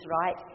right